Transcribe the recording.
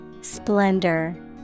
Splendor